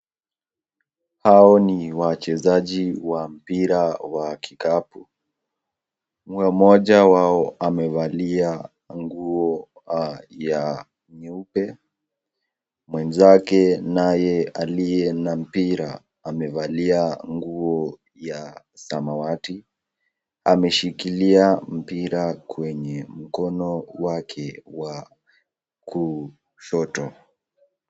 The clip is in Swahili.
Hao ni wachezaji wa pira wa kikapu. Mmoja wao amevalia nguo ya nyeupe. Mwenzake naye aliye na mpira amevalia nguo ya samawati. Ameshikilia mpira kwenye mkono wake wa kushoto.